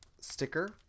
sticker